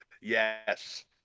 Yes